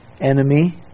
enemy